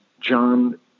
John